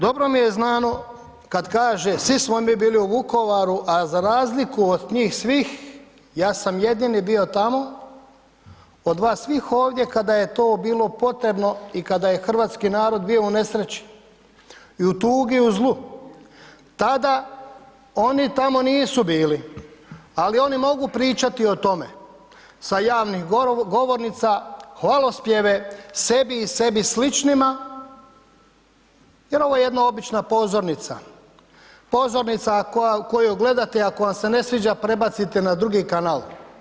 Dobro mi je znamo kad kaže svi smo mi bili u Vukovaru a za razliku od njih svih ja sam jedini bio tamo od vas svih ovdje kada je to bilo potrebno i kada je hrvatski narod bio u nesreći i u tuzi i u zlu, tada oni tamo nisu bili ali oni mogu pričati o tome sa javnih govornica, hvalospjeve sebi i sebi sličnima jer ovo je jedna obična pozornica, pozornica koju gledate, ako vam se ne sviđa prebacite na drugi kanal.